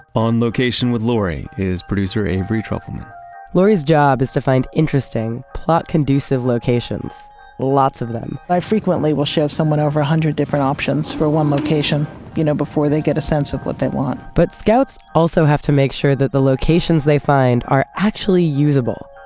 on location with lori is producer avery trufelman lori's job is to find interesting, plot-conducive locations lots of them i frequently will show someone over a hundred different options for one location you know before they get a sense of what they want but scouts also have to make sure that the locations they find are actually usable.